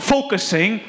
Focusing